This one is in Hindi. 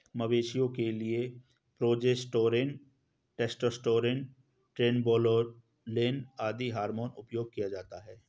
मवेशियों के लिए प्रोजेस्टेरोन, टेस्टोस्टेरोन, ट्रेनबोलोन आदि हार्मोन उपयोग किया जाता है